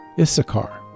Issachar